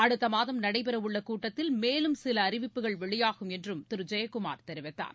அடுத்த மாதம் நடைபெறவுள்ள கூட்டத்தில் மேலும் சில அறிவிப்புகள் வெளியாகும் என்றும் திரு ஜெயக்குமார் தெரிவித்தார்